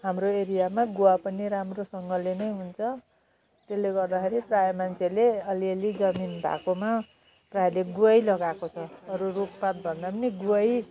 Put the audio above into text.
हाम्रो एरियामा गुवा पनि राम्रोसँगले नै हुन्छ त्यसले गर्दाखेरि प्रायः मान्छेले अलि अलि जमिन भएकोमा प्रायःले गुवा लगाएको छ अरू रुख पात भन्दा पनि गुवा